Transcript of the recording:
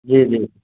جی جی